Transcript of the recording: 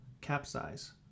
capsize